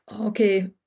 okay